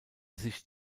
sich